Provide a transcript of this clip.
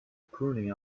pruning